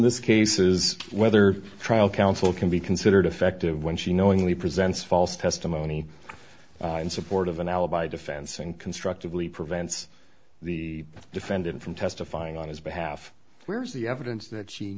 this case is whether trial counsel can be considered effective when she knowingly presents false testimony in support of an alibi defense and constructively prevents the defendant from testifying on his behalf where's the evidence that she